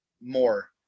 more